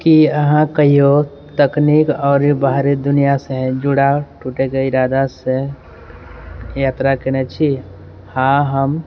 की अहाँ कहियो तकनीक आओर बाहरी दुनिआसँ जुड़ाव टूटैके इरादासँ यात्रा केने छी हँ हम